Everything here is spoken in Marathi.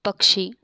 पक्षी